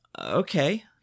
okay